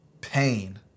pain